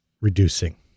reducing